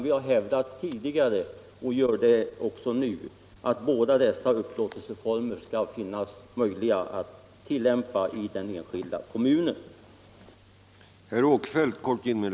Vi har hävdat tidigare — och gör det också nu — att det skall finnas möjlighet att tillämpa båda dessa upplåtelseformer i den enskilda kommunen.